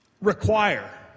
require